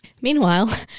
Meanwhile